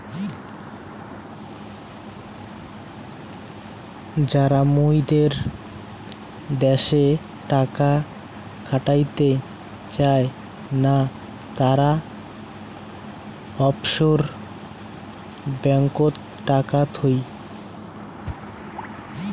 যারা মুইদের দ্যাশে টাকা খাটাতে চায় না, তারা অফশোর ব্যাঙ্ককোত টাকা থুই